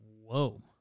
Whoa